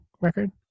record